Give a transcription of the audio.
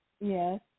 yes